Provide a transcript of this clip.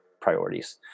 priorities